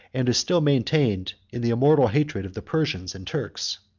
and is still maintained in the immortal hatred of the persians and turks.